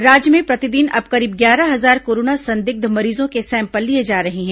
राज्य में प्रतिदिन अब करीब ग्यारह हजार कोरोना संदिग्ध मरीजों के सैंपल लिए जा रहे हैं